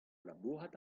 labourat